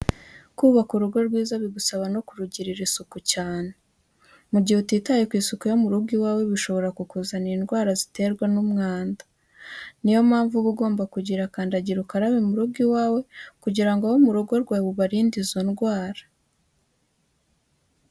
Kubaka urugo rwiza bigusaba no kurugirira isuku cyane. Mu gihe utitaye ku isuku yo mu rugo iwawe bishobora kukuzanira indwara ziterwa n'umwanda. Ni yo mpamvu uba ugomba kugira kandagira ukarabe mu rugo iwawe kugira ngo abo mu rugo rwawe ubarinde izo ndwara.